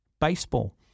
baseball